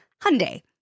Hyundai